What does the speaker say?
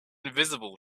visible